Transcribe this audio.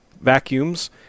vacuums